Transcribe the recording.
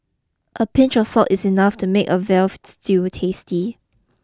a pinch of salt is enough to make a veal stew tasty